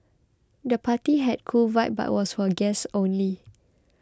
the party had a cool vibe but was for guests only